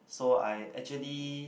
so I actually